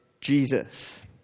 Jesus